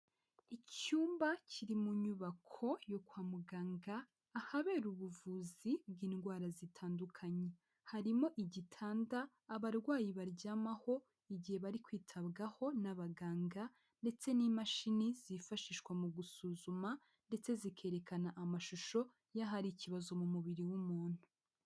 Icyumba kiri mu nyubako yo kwa muganga ahabera ubuvuzi bw'indwara zitandukanye. Harimo igitanda abarwayi baryamaho igihe bari kwitabwaho n'abaganga ndetse n'imashini zifashishwa mu gusuzuma ndetse zikerekana amashusho y'ahari ikibazo mu mubiri w'umuntu.